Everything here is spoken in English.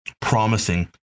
promising